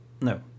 No